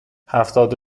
هفتاد